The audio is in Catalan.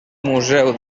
museu